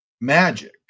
magic